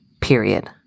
period